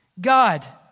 God